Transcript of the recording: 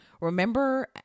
remember